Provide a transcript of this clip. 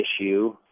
issue